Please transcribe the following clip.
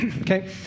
Okay